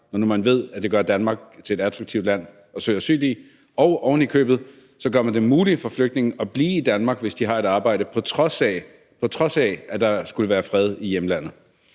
nu man ved, at det gør Danmark til et attraktivt land at søge asyl i, og man ovenikøbet gør det muligt for flygtninge at blive i Danmark, hvis de har et arbejde, på trods af at der skulle være fred i hjemlandet?